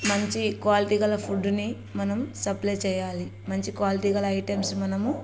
మంచి క్వాలిటీ గల ఫుడ్కి మనం సప్లై చేయాలి మంచి క్వాలిటీ గల ఐటమ్స్ మనము